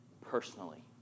personally